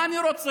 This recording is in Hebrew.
מה אני רוצה?